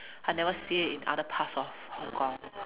I never see it in other parts of Hong-Kong